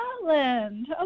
Scotland